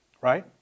right